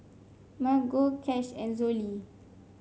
Margo Cash and Zollie